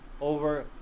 over